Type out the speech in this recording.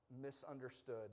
misunderstood